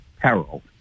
peril